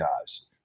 guys